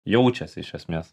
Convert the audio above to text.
jaučiasi iš esmės